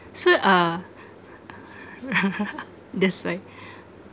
so uh that's why